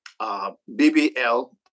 BBL